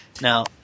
Now